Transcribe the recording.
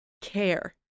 care